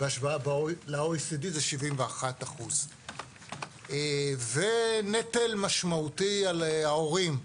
בהשוואה ל-OECD זה 71%. נטל משמעותי על ההורים.